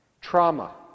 trauma